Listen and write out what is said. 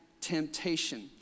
temptation